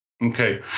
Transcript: Okay